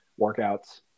workouts